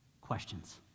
Questions